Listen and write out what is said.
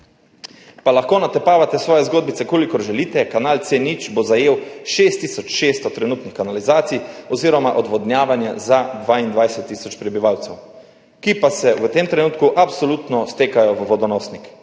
Pa lahko natepavate svoje zgodbice, kolikor želite, kanal C0 bo zajel 6 tisoč 600 trenutnih kanalizacij oziroma odvodnjavanje za 22 tisoč prebivalcev, ki pa se v tem trenutku absolutno stekajo v vodonosnik.